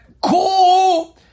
cool